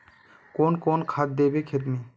कौन कौन खाद देवे खेत में?